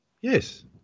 Yes